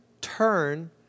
turn